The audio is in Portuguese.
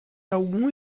algum